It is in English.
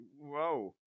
whoa